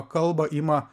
kalbą ima